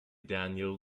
daniel